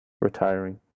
retiring